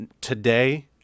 today